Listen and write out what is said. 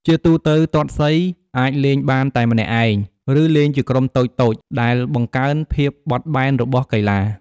ជាទូទៅ ទាត់សីអាចលេងបានតែម្នាក់ឯង ឬលេងជាក្រុមតូចៗ ដែលបង្កើនភាពបត់បែនរបស់កីឡា។